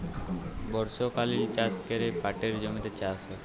বর্ষকালীল চাষ ক্যরে পাটের জমিতে চাষ হ্যয়